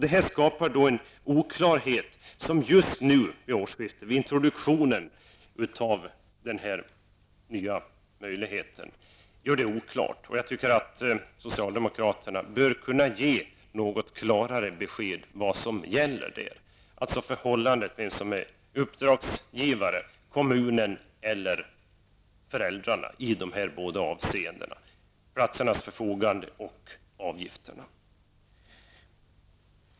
Det här skapar en oklarhet. Det är oklart nu till årsskiftet vid introduktionen av personalkooperativen. Socialdemokraterna bör kunna ge något klarare besked om vad som gäller. Vem anses vara uppdragsgivare, kommunen eller föräldrarna, i dessa båda avseenden -- förfogande över platserna och avgifterna?